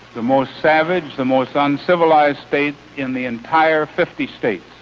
the most savage, the most uncivilized state in the entire fifty states.